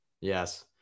Yes